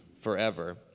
forever